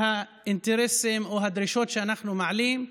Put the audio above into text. האינטרסים או הדרישות שאנחנו מעלים,